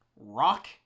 rock